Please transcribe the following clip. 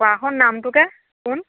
কোৱাচোন নামটোকে কোন